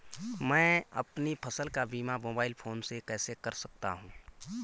मैं अपनी फसल का बीमा मोबाइल फोन से कैसे कर सकता हूँ?